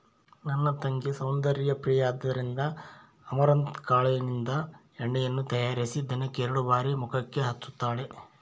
ನನ್ನ ತಂಗಿ ಸೌಂದರ್ಯ ಪ್ರಿಯೆಯಾದ್ದರಿಂದ ಅಮರಂತ್ ಕಾಳಿನಿಂದ ಎಣ್ಣೆಯನ್ನು ತಯಾರಿಸಿ ದಿನಕ್ಕೆ ಎರಡು ಬಾರಿ ಮುಖಕ್ಕೆ ಹಚ್ಚುತ್ತಾಳೆ